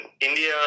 India